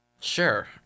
Sure